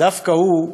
דווקא הוא,